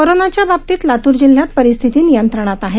कोरोनाच्या बाबतीत लातूर जिल्ह्यात परिस्थिती नियंत्रणात आहे